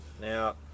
Now